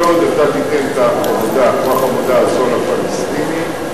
אתה תיתן כוח עבודה זול של פלסטינים,